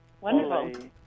Wonderful